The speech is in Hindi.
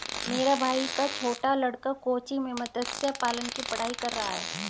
मेरे भाई का छोटा लड़का कोच्चि में मत्स्य पालन की पढ़ाई कर रहा है